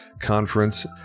Conference